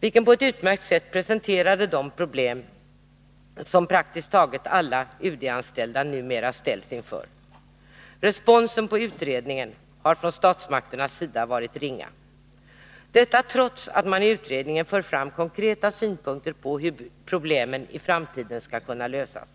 vilken på ett utmärkt sätt presenterade de problem som praktiskt taget alla UD-anställda numera ställs inför. Responsen på utredningen har från statsmakternas sida varit ringa. Detta trots att man i utredningen för fram konkreta synpunkter på hur problemen i framtiden skall kunna lösas.